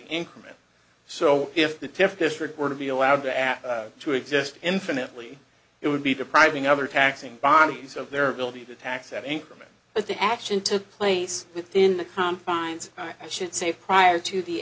increment so if the test district were to be allowed to add to exist infinitely it would be depriving other taxing bodies of their ability to tax at any moment but the action took place within the confines i should say prior to the